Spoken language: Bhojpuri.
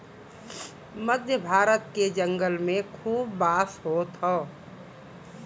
मध्य भारत के जंगल में खूब बांस होत हौ